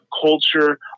culture